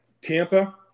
Tampa